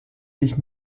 sich